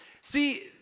See